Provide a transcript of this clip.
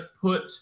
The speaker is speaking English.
put